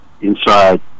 inside